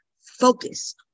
focus